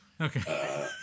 okay